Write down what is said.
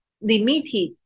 limited